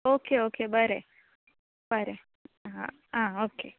okay okay बरें बरें आं ओके